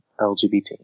LGBT